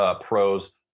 pros